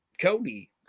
Cody